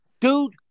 dude